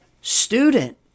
student